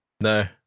No